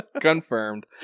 Confirmed